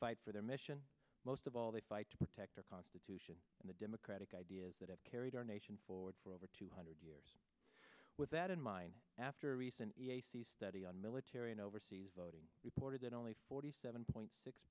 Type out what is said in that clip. fight for their mission most of all they fight to protect our constitution and the democratic ideas that have carried our nation forward for over two hundred years with that in mind after a recent study on military and overseas voting reported that only forty seven point six